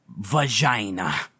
vagina